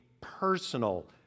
personal